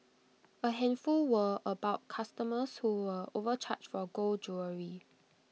A handful were about customers who were overcharged for gold jewellery